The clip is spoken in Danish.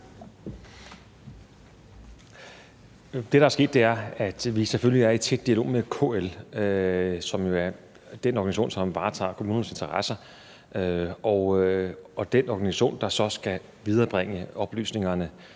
Det, der er sket, er, at vi selvfølgelig er i tæt dialog med KL, som jo er den organisation, som varetager kommunernes interesser, og det er den organisation, som skal viderebringe oplysningerne